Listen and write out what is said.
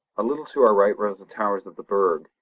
a little to our right rose the towers of the burg,